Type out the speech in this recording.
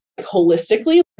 holistically